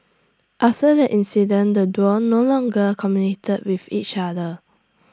after the incident the duo no longer communicated with each other